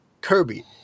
Kirby